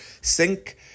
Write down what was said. sink